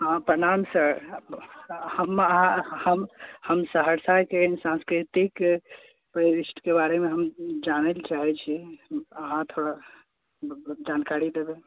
हँ प्रणाम सर हम अहाँ हम हम सहरसाके सांस्कृतिक पृष्ठके बारेमे हम जानै लऽ चाहैत छी अहाँ थोड़ा जानकारी देबै